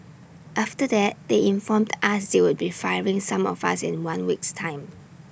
after that they informed us they would be firing some of us in one week's time